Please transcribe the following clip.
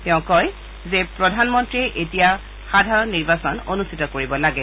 তেওঁ কয় যে প্ৰধানমন্ত্ৰীয়ে এতিয়া সাধাৰণ নিৰ্বাচন অনূষ্ঠিত কৰিব লাগে